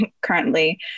currently